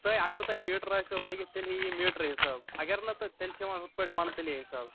تۄہہِ اَگر تۄہہِ میٖٹر آسوٕ لٲگِتھ تیٚلہِ ہیٚیہِ یہِ میٖٹرٕے حِسابہٕ اَگر نہٕ تہٕ تیٚلہِ چھ یِوان ہُتھ پٲٹھۍ مَنتھلی حِساب